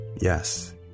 Yes